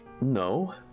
No